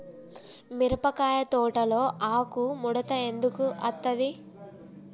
మిరపకాయ తోటలో ఆకు ముడత ఎందుకు అత్తది?